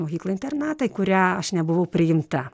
mokyklą internatą į kurią aš nebuvau priimta